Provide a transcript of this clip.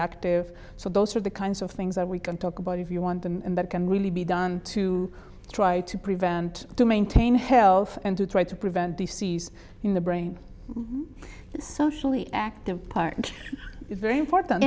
active so those are the kinds of things that we can talk about if you want and that can really be done to try to prevent to maintain health and to try to prevent disease in the brain it's socially active part and very important